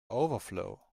overflow